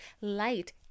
light